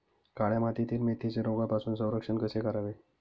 काळ्या मातीतील मेथीचे रोगापासून संरक्षण कसे करावे?